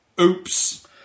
Oops